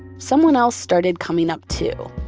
someone else started coming up too,